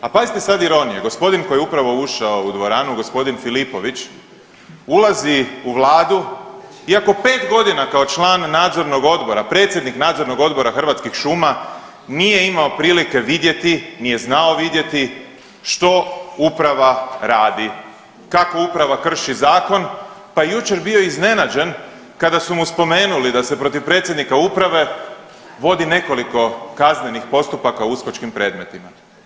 A pazite sad ironije, gospodin koji je upravo ušao u dvoranu, gospodin Filipović ulazi u Vladu iako pet godina kao član Nadzornog odbora, predsjednik Nadzornog odbora Hrvatskih šuma nije imao prilike vidjeti, nije znao vidjeti što uprava radi, kako uprava krši zakon pa je jučer bio iznenađen kada su mu spomenuli da se protiv predsjednika uprave vodi nekoliko kaznenih postupaka u uskočkim predmetima.